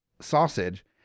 sausage